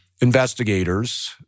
investigators